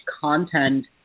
content